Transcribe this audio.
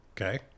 okay